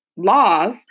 Laws